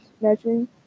measuring